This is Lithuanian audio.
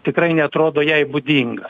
tikrai neatrodo jai būdingas